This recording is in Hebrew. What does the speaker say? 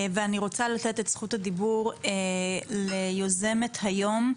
אני רוצה לתת את זכות הדיבור ליוזמת היום,